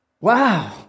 Wow